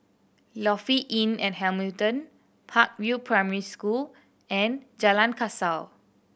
Lofi Inn at Hamilton Park View Primary School and Jalan Kasau